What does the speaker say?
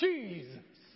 Jesus